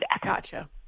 Gotcha